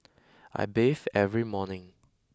I bathe every morning